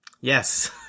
Yes